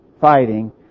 fighting